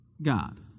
God